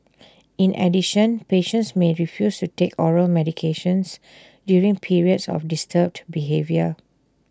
in addition patients may refuse to take oral medications during periods of disturbed behaviour